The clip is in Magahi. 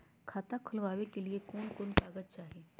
खाता खोलाबे के लिए कौन कौन कागज चाही?